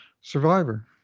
survivor